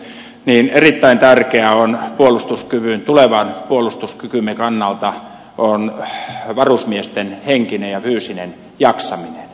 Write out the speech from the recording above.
mutta erittäin tärkeää arvoisa puhemies tulevan puolustuskykymme kannalta on varusmiesten henkinen ja fyysinen jaksaminen